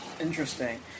Interesting